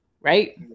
right